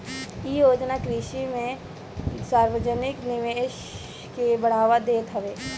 इ योजना कृषि में सार्वजानिक निवेश के बढ़ावा देत हवे